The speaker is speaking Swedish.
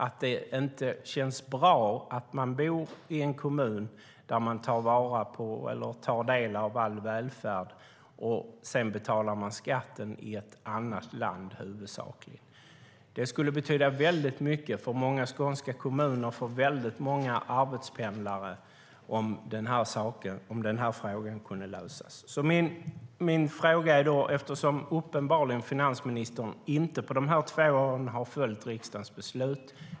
Det känns inte bra att bo i en kommun där man tar del av välfärden och huvudsakligen betala skatt i ett annat land. Det skulle betyda väldigt mycket för många skånska kommuner och för väldigt många arbetspendlare om frågan kunde lösas. Finansministern har på dessa två år uppenbarligen inte följt riksdagens beslut.